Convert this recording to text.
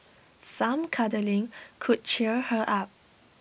some cuddling could cheer her up